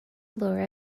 blower